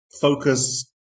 focus